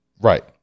right